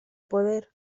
poder